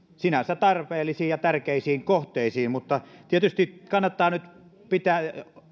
sinänsä tarpeellisiin ja tärkeisiin kohteisiin mutta tietysti kannattaa nyt pitää